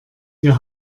wir